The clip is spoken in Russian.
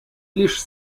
лишь